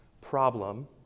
problem